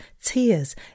tears